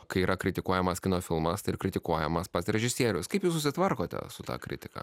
kai yra kritikuojamas kino filmas ir kritikuojamas pats režisierius kaip jūs susitvarkote su ta kritika